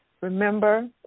Remember